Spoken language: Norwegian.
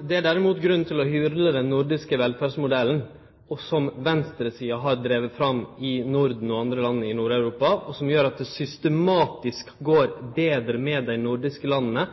Det er derimot grunn til å hylle den nordiske velferdsmodellen som venstresida har drive fram i Norden og andre land i Nord-Europa, og som gjer at det systematisk går betre med dei nordiske landa